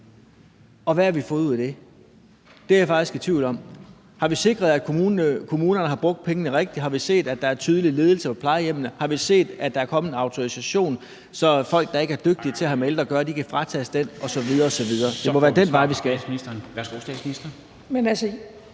Og hvad har vi fået ud af det? Det er jeg faktisk i tvivl om. Har vi sikret, at kommunerne har brugt pengene rigtigt? Har vi set, at der er tydelig ledelse på plejehjemmene? Har vi set, at der er kommet en autorisation, så folk, der ikke er dygtige til at have med ældre at gøre, kan fratages den osv. osv.? Det må være den vej, vi skal. Kl. 23:49 Formanden (Henrik